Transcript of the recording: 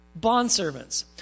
bondservants